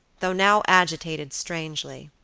though now agitated strangely.